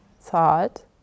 thought